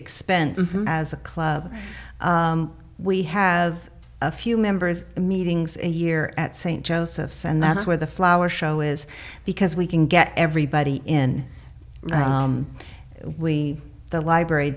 expense as a club we have a few members meetings a year at st josephs and that's where the flower show is because we can get everybody in we the library